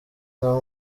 n’aho